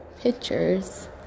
pictures